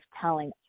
telling